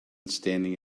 standing